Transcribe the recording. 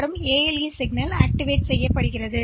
இந்த ALE signal செயல்படுத்தப்படுகிறது